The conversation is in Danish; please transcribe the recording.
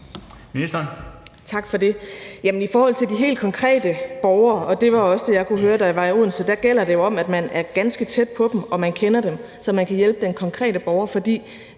Krag): Tak for det. I forhold til de helt konkrete borgere – og det var også det, jeg kunne høre, da jeg var i Odense – gælder det jo om, at man er ganske tæt på dem, og at man kender dem, så man kan hjælpe den konkrete borger, for